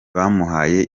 bamuhaye